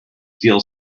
feel